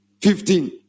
Fifteen